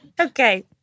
Okay